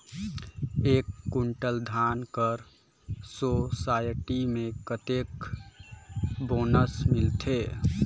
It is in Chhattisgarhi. एक कुंटल धान कर सोसायटी मे कतेक बोनस मिलथे?